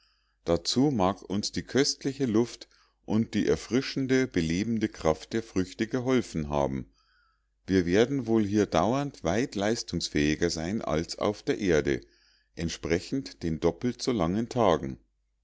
dazu mag uns die köstliche luft und die erfrischende belebende kraft der früchte geholfen haben wir werden wohl hier dauernd weit leistungsfähiger sein als auf der erde entsprechend den doppelt so langen tagen